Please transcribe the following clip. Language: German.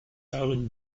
darin